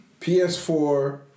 PS4